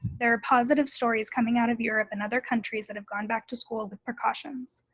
there are positive stories coming out of europe and other countries that have gone back to school with precautions.